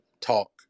talk